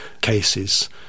cases